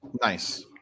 Nice